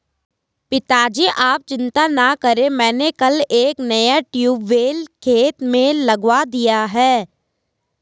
पिताजी आप चिंता ना करें मैंने कल एक नया ट्यूबवेल खेत में लगवा दिया है